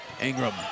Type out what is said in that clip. Ingram